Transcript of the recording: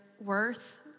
worth